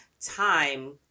time